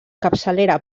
capçalera